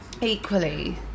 equally